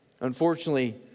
Unfortunately